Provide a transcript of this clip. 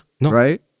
right